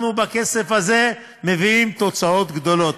אנחנו, בכסף הזה, מביאים תוצאות גדולות.